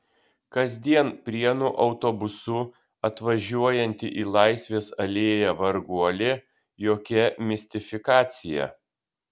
kasdien prienų autobusu atvažiuojanti į laisvės alėją varguolė jokia mistifikacija